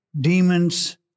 demons